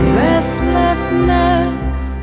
restlessness